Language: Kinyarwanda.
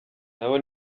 nabo